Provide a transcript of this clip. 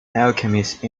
alchemist